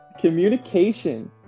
Communication